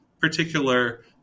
particular